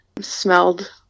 smelled